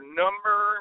number